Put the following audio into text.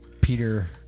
Peter